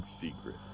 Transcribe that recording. secret